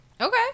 okay